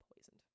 poisoned